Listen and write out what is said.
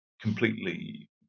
completely